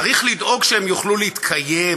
צריך לדאוג שהם יוכלו להתקיים,